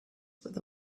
with